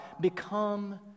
become